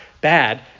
bad